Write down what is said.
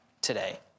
today